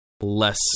less